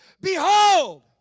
behold